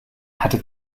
hatte